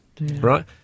right